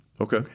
Okay